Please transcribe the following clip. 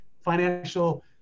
financial